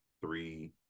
three